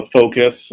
focus